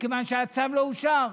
מכיוון שהצו לא אושר.